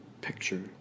picture